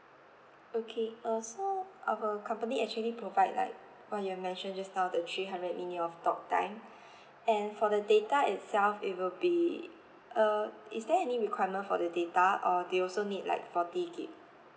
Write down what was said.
okay uh so our company actually provide like what you have mentioned just now the three hundred minute of talk time and for the data itself it will be uh is there any requirement for the data or they also need like forty gig